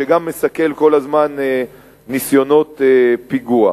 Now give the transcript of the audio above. שגם מסכל כל הזמן ניסיונות פיגוע.